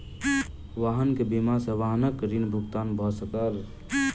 वाहन के बीमा सॅ वाहनक ऋण भुगतान भ सकल